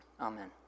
Amen